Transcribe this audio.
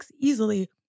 easily